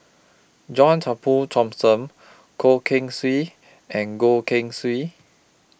John Turnbull Thomson Goh Keng Swee and Goh Keng Swee